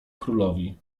królowi